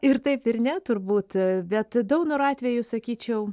ir taip ir ne turbūt bet daunoro atveju sakyčiau